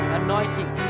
anointing